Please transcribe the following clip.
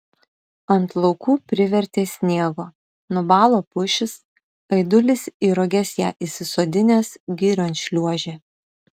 ant laukų privertė sniego nubalo pušys aidulis į roges ją įsisodinęs girion šliuožė